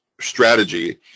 strategy